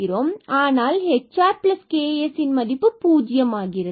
ஆனால் hrks இதன் மதிப்பு பூஜ்யம் ஆகிறது